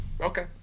Okay